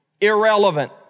irrelevant